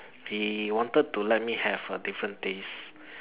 he wanted to let me have a different taste